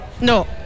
No